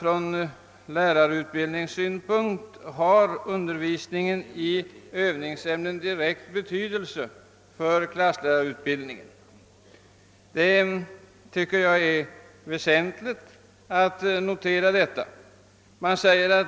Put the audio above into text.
från lärarutbildningssynpunkt har undervisningen i övningsämne direkt betydelse för klasslärarutbildningen. Jag tycker det är väsentligt att notera detta.